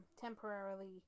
temporarily